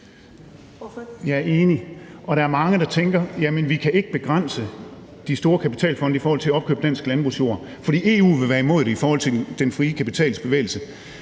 Jeg er enig. Og der er mange, der tænker, at vi ikke kan begrænse de store kapitalfonde i forhold til at opkøbe dansk landbrugsjord, for EU vil være imod det i forhold til den frie kapitals bevægelse.